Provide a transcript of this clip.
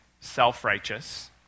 self-righteous